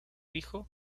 hijo